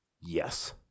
Yes